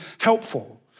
helpful